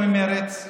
אין אף אחד ממרצ,